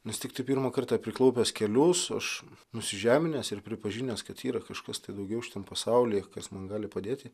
nes tiktai pirmą kartą priklaupęs kelius aš nusižeminęs ir pripažinęs kad yra kažkas tai daugiau šitam pasaulyje kas man gali padėti